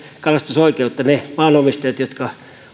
kalastusoikeutta ne maanomistajat jotka